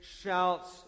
shouts